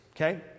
Okay